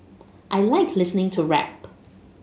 I like listening to rap